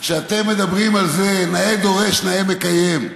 כשאתם מדברים על זה: נאה דורש, נאה מקיים.